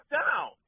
down